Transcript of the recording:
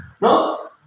no